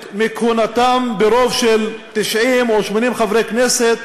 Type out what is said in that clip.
מכהונתם ברוב של 90 או 80 חברי כנסת